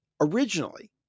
originally